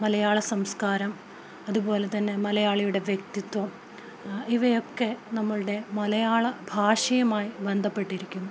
മലയാള സംസ്കാരം അതുപോലെ തന്നെ മലയാളിയുടെ വ്യക്തിത്വം ഇവയൊക്കെ നമ്മുടെ മലയാളഭാഷയുമായി ബന്ധപ്പെട്ടിരിക്കുന്നു